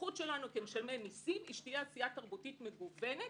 הזכות שלנו כמשלמי מיסים היא שתהיה עשייה תרבותית מגוונת,